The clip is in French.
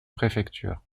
préfecture